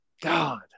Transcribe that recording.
God